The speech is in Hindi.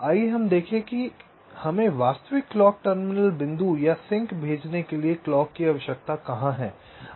आइए हम देखें कि हमें वास्तविक क्लॉक टर्मिनल बिंदु या सिंक भेजने के लिए क्लॉक की आवश्यकता कहां है